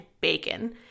bacon